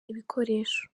ibikoresho